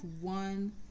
one